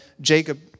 Jacob